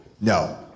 No